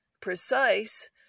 precise